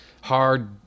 hard